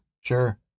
Sure